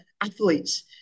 athletes